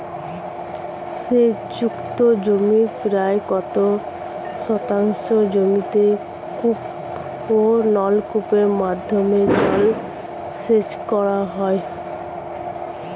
সেচ যুক্ত জমির প্রায় কত শতাংশ জমিতে কূপ ও নলকূপের মাধ্যমে জলসেচ করা হয়?